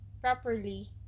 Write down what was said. properly